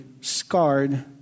scarred